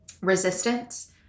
resistance